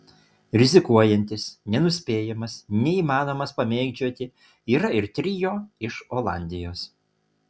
rizikuojantis nenuspėjamas neįmanomas pamėgdžioti yra ir trio iš olandijos